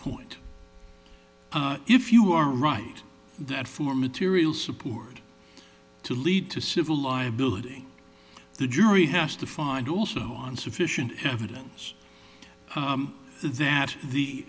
point if you are right that for material support to lead to civil liability the jury has to find also on sufficient evidence that the